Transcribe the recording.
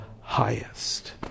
highest